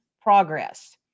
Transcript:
progress